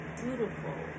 beautiful